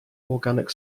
organic